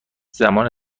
زمان